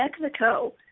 Mexico